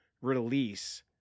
release